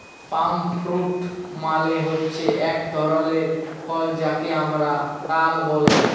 পাম fruit মালে হচ্যে এক ধরলের ফল যাকে হামরা তাল ব্যলে